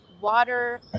water